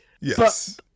yes